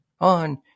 on